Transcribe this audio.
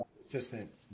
assistant